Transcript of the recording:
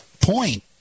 point